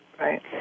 Right